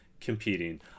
competing